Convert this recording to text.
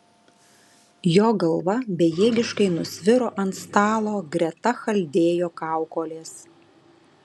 jo galva bejėgiškai nusviro ant stalo greta chaldėjo kaukolės